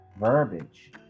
verbiage